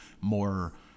more